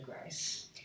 grace